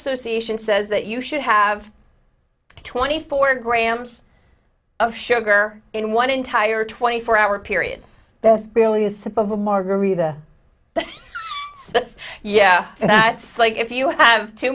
association says that you should have twenty four grams of sugar in one entire twenty four hour period that's barely a sip of a margarita but yeah that's like if you have t